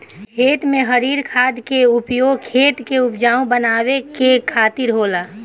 खेत में हरिर खाद के उपयोग खेत के उपजाऊ बनावे के खातिर होला